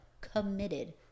committed